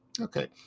Okay